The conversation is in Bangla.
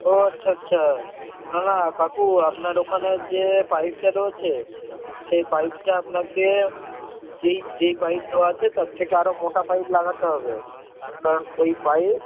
ও আচ্ছা আচ্ছা না না কাকু আপনার ওখানের যে পাইপটা রয়েছে সেই পাইপটা আপনাকে যেই যেই পাইপ দেওয়া আছে তার থেকে আরও মোটা পাইপ লাগাতে হবে কারণ ওই পাইপ